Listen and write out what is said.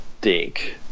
dick